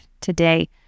today